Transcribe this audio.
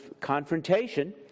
confrontation